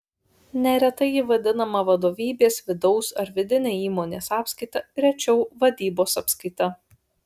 neretai ji vadinama vadovybės vidaus ar vidine įmonės apskaita rečiau vadybos apskaita